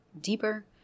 deeper